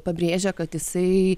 pabrėžia kad jisai